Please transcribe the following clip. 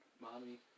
Mommy